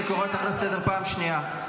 אני קורא אותך לסדר פעם שנייה.